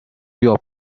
you